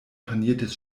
paniertes